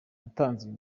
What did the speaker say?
yatanze